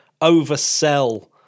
oversell